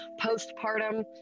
postpartum